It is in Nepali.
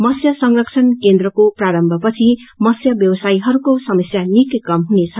मत्स्य संरक्षण केन्द्र प्रारम्भपछि मत्स्य ब्यावसायीहरूको समस्या निकै कम हुनेछ